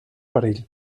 perill